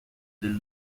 del